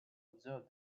observe